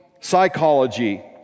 psychology